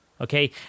Okay